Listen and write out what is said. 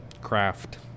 craft